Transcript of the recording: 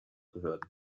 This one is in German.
behörden